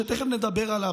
שתכף נדבר עליו,